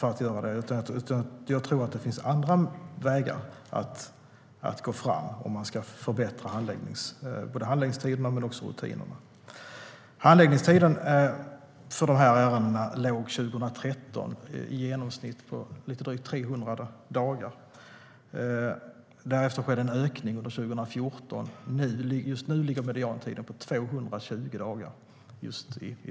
Jag tror att det finns andra vägar att gå fram om man ska förkorta handläggningstiderna och förbättra rutinerna. Handläggningstiderna för dessa ärenden låg 2013 på i genomsnitt drygt 300 dagar. Därefter skedde en ökning under 2014. Just nu ligger mediantiden på 220 dagar.